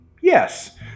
Yes